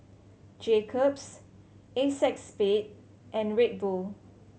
Jacob's Acexspade and Red Bull